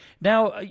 Now